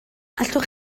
allwch